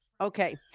Okay